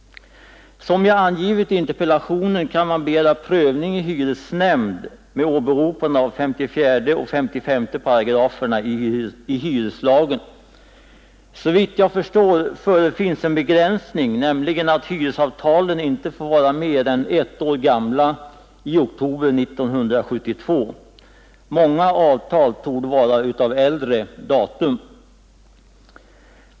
Som jag angivit i interpellationen kan man begära prövning i hyresnämnd med åberopande av hyreslagens 54 och 55 §§. Såvitt jag förstår förefinns en begränsning, nämligen att hyresavtalen i oktober 1972 inte får vara mer än ett år gamla. Många avtal torde emellertid vara av äldre datum.